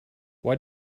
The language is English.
why